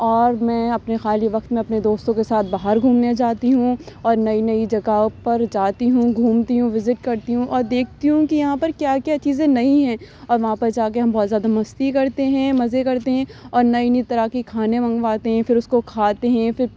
اور میں اپنے خالی وقت میں اپنے دوستوں کے ساتھ باہر گھومنے جاتی ہوں اور نئی نئی جگہوں پر جاتی ہوں گھومتی ہوں وزٹ کرتی ہوں اور دیکھتی ہوں کہ یہاں پر کیا کیا چیزیں نئی ہیں اور وہاں پہ جا کے ہم بہت زیادہ مستی کرتے ہیں مزے کرتے ہیں اور نئی نئی طرح کے کھانے منگواتے ہیں پھر اس کو کھاتے ہیں پھر